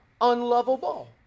unlovable